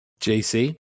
JC